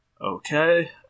Okay